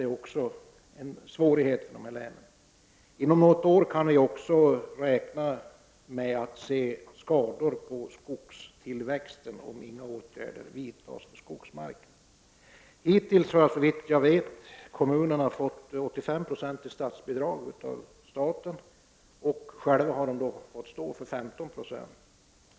Om inga åtgärder vidtas till skydd för skogsmarken, kan vi också räkna med att inom något år få se skador på skogstillväxten. Kommunerna har hittills såvitt jag vet fått 85 90 i statsbidrag och har själva fått stå för 15 20 av åtgärderna.